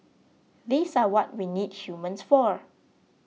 these are what we need humans for